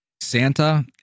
Santa